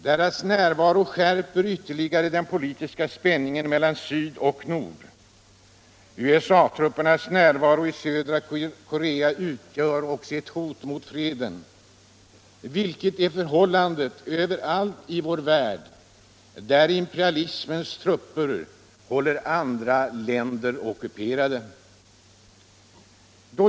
Deras närvaro skärper ytterligare den politiska spänningen mellan syd och nord. USA-truppernas närvaro i södra Korea utgör ett hot mot freden — vilket är förhållandet överallt i vår värld där imperialismens trupper håller andra linder ockuperade.